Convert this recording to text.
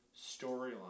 storyline